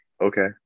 Okay